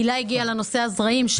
הילה הגיעה לנושא הזרעים.